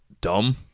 dumb